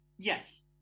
Yes